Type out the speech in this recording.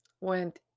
went